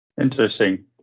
Interesting